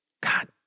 God